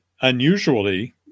unusually